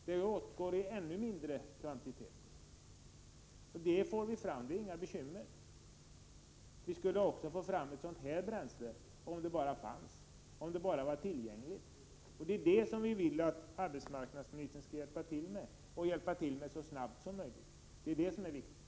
Den åtgår i ännu mindre kvantitet, men vi har inga bekymmer att få fram den. Det är möjligt att få fram ett sådant här bränsle. Det är det vi vill att arbetsmarknadsministern skall hjälpa till med så snabbt som möjligt. Det är det som är viktigt.